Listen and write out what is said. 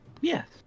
Yes